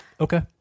Okay